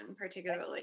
particularly